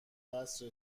قصر